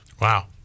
wow